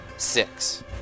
Six